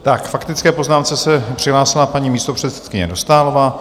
K faktické poznámce se přihlásila paní místopředsedkyně Dostálová.